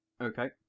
Okay